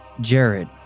Jared